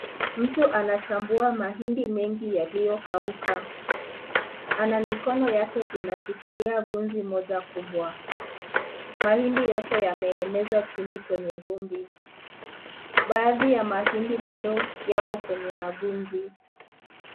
Mtu anachambua mahindi mengi yaliyo kauka ana mikono yake inashikilia gunzi moja kubwa mahindi yote yameenezwa chini kwenye vumbi, baadhi ya mahindi bado yamo kwenye magunzi.